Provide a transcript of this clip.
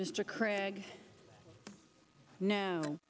mr craig no